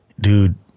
dude